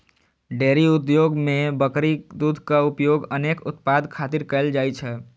dairy उद्योग मे बकरी दूधक उपयोग अनेक उत्पाद खातिर कैल जाइ छै